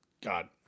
God